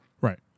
Right